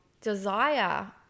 desire